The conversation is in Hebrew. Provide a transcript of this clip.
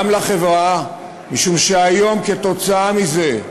גם לחברה, משום שהיום, כתוצאה מזה,